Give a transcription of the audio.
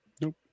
Nope